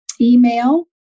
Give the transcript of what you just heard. email